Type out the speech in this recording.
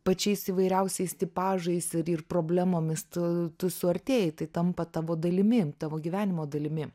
pačiais įvairiausiais tipažais ir ir problemomis tu tu suartėji tai tampa tavo dalimi tavo gyvenimo dalimi